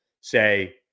say